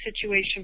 situation